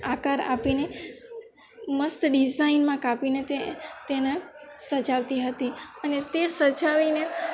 આકાર આપીને મસ્ત ડિઝાઈનમાં કાપીને તે તેને સજાવતી હતી અને તે સજાવીને